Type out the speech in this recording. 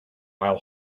while